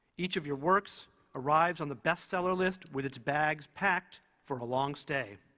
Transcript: each of your works arrives on the bestseller list with its bags packed for a long stay.